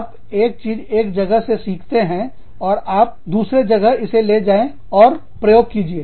आप एक चीज एक जगह से सीखते हैं और आप दूसरे जगह इसे ले जाइए और प्रयोग कीजिए